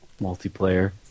multiplayer